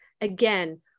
Again